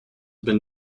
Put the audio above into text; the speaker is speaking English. been